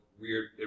weird